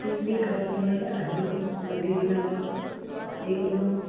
picnic খাবলৈ আহি নদীবিলাকত যিকোনো